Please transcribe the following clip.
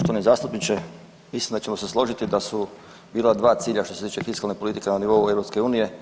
Poštovani zastupniče, mislim da ćemo se složiti da su bila dva cilja što se tiče fiskalne politike na nivuo EU.